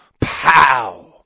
Pow